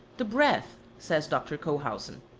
the breath, says dr. cohausen,